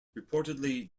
reportedly